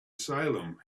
salem